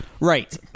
Right